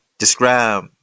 describe